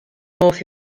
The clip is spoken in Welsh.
modd